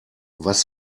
was